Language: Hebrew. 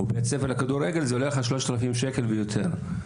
זה עולה לך 3,000 שקלים ויותר.